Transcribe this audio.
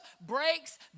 breaks